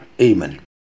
Amen